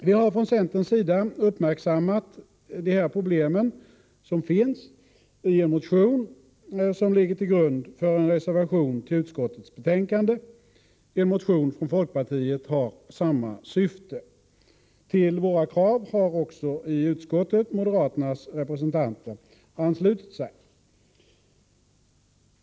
Vi har från centerns sida uppmärksammat de problem som finns i en motion som ligger till grund för en reservation till utskottets betänkande. En motion från folkpartiet har samma syfte. Till våra krav har också moderaternas representanter i utskottet anslutit sig.